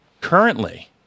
Currently